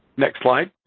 next slide.